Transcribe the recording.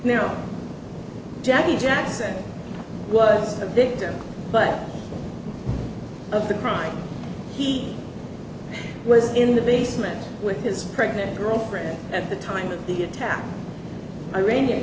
t jackie jackson was a victim but of the crime he was in the basement with his pregnant girlfriend at the time of the attack iranian